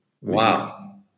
Wow